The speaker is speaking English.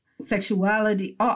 sexuality